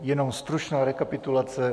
Jenom stručná rekapitulace.